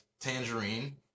tangerine